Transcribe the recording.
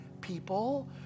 people